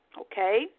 okay